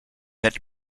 that